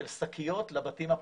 של שקיות לבתים הפרטיים.